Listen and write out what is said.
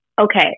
Okay